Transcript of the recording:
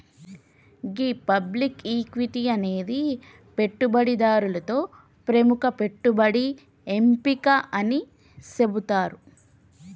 గీ public equity అనేది పెట్టుబడిదారులతో ప్రముఖ పెట్టుబడి ఎంపిక అని సెబుతారు